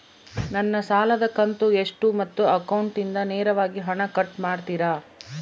ನನ್ನ ಸಾಲದ ಕಂತು ಎಷ್ಟು ಮತ್ತು ಅಕೌಂಟಿಂದ ನೇರವಾಗಿ ಹಣ ಕಟ್ ಮಾಡ್ತಿರಾ?